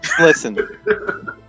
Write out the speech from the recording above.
Listen